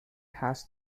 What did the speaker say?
has